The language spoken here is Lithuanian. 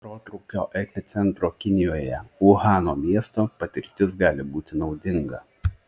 protrūkio epicentro kinijoje uhano miesto patirtis gali būti naudinga